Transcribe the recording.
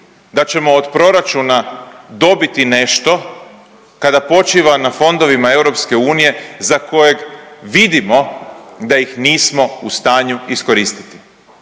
da ćemo od proračuna dobiti nešto kada počiva na fondovima EU za kojeg vidimo da ih nismo u stanju iskoristiti.